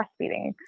breastfeeding